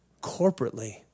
corporately